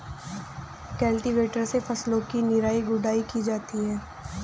cultivator से फसलों की निराई गुड़ाई की जाती है